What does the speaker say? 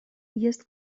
jest